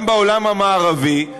גם בעולם המערבי.